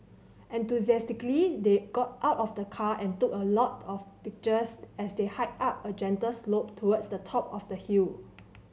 enthusiastically they got out of the car and took a lot of pictures as they hiked up a gentle slope towards the top of the hill